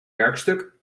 werkstuk